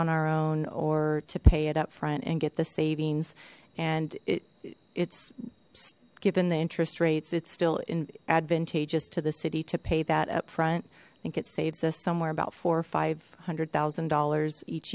on our own or to pay it up front and get the savings and it it's given the interest rates it's still in advantageous to the city to pay that upfront i think it saves us somewhere about four or five hundred thousand dollars each